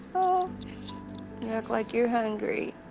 oh! you look like you're hungry.